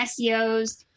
SEOs